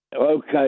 Okay